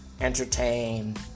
Entertain